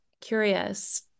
curious